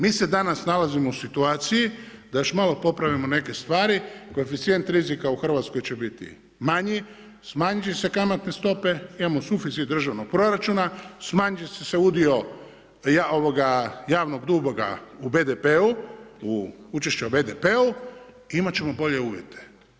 Mi se danas nalazimo u situaciji da još malo popravimo neke stvari, koeficijent rizika u Hrvatskoj će biti manji, smanjiti će se kamatne stope, imamo suficit državnog proračuna, smanjiti će se udio javnog duga u BDP-u, učešća u BDP-u i imati ćemo bolje uvjete.